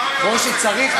צריך,